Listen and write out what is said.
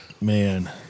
man